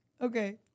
Okay